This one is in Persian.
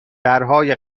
درهای